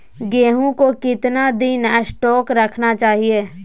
गेंहू को कितना दिन स्टोक रखना चाइए?